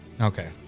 Okay